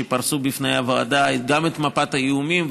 שפרסו בפני הוועדה גם את מפת האיומים,